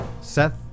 Seth